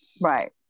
right